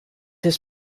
his